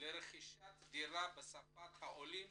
לרכישת דירה בשפת העולים